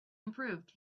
improved